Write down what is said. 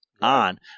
on